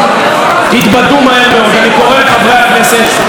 אני קורא לחברי הכנסת להצביע בעד הודעתו